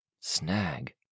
Snag